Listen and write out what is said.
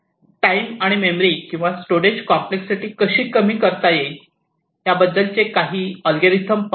time आणि memory किंवा storage complexity कशी कमी करता येईल याबद्दलचे काही अल्गोरिदम पाहू